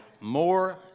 more